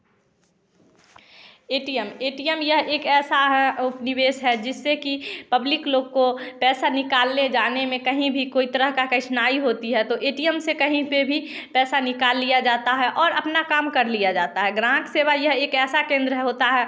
A T M A T M या एक ऐसा उपनिवेश है जिससे कि पब्लिक लोग को पैसा निकालने जाने में कहीं भी कोई तरह कठिनाई होती है तो ए टी एम से कहीं पर भी पैसा निकाल लिया जाता है और अपना काम कर लिया जाता है ग्राहक सेवा यह एक ऐसा केंद्र होता है